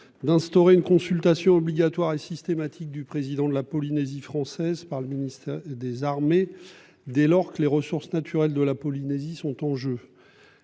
D'instaurer une consultation obligatoire et systématique du président de la Polynésie française par le ministère des Armées. Dès lors que les ressources naturelles de la Polynésie sont en jeu.